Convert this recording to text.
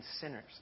sinners